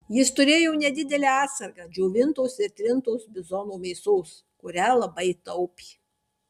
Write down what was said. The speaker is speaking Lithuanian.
jis turėjo nedidelę atsargą džiovintos ir trintos bizono mėsos kurią labai taupė